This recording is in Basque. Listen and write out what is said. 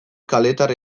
kaletar